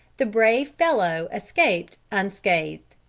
the brave fellow escaped unscathed.